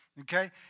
Okay